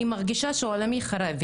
אני מרגישה שעולמי חרב,